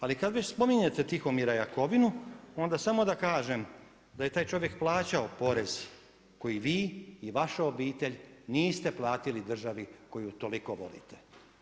Ali kada već spominjete Tihomira Jakovinu onda samo da kažem da je taj čovjek plaćao porez koji vi i vaša obitelj niste platili državi koju toliko volite.